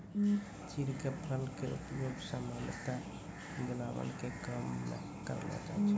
चीड़ के फल के उपयोग सामान्यतया जलावन के काम मॅ करलो जाय छै